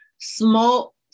small